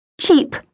Cheap